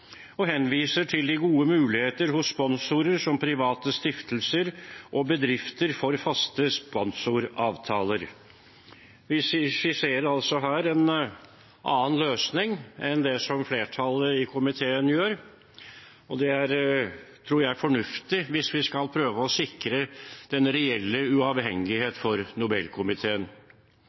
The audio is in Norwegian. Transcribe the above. og henviser til de gode muligheter hos sponsorer som private stiftelser og bedrifter for faste sponsoravtaler.» Vi skisserer altså her en annen løsning enn det som flertallet i komiteen gjør, og det tror jeg er fornuftig hvis vi skal prøve å sikre den reelle uavhengighet for Nobelkomiteen.